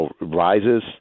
rises